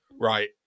right